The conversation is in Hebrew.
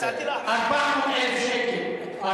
400,000 שקל.